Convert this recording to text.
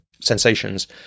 sensations